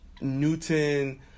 Newton